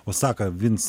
osaka vins